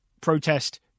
protest